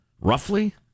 Roughly